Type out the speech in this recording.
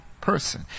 person